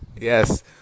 Yes